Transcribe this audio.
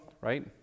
right